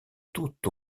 tout